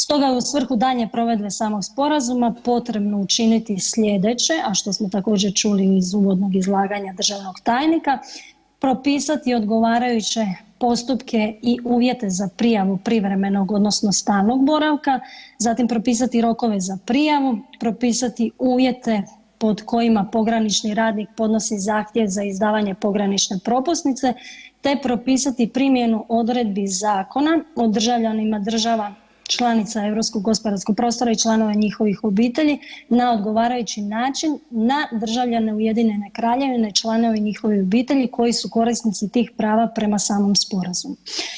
Stoga u svrhu daljnje provedbe samog sporazuma potrebno je učiniti slijedeće, a što smo također čuli iz uvodnog izlaganja državnog tajnika, propisati odgovarajuće postupke i uvjete za prijavu privremenog odnosno stalnog boravka, zatim propisati rokove za prijavu, propisati uvjete pod kojima pogranični radnik podnosi zahtjev za izdavanje pogranične propusnice, te propisati primjenu odredbi Zakona o državljanima država članica Europskog gospodarskog prostora i članova njihovih obitelji na odgovarajući način na državljane Ujedinjene Kraljevine i članove njihovih obitelji koji su korisnici tih prava prema samom sporazumu.